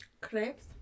Crepes